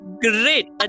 great